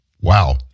Wow